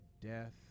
death